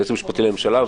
ליועץ המשפטי לממשלה,